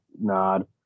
nod